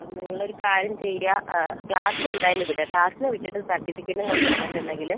ആ നിങ്ങൾ ഒരു കാര്യം ചെയ്യുക ക്ലാസ്സിന് എന്തായാലും വിട് ക്ലാസ്സിന് വിട്ടിട്ട് സർട്ടിഫിക്കറ്റും കൊണ്ട് വന്നിട്ടുണ്ടെങ്കിൽ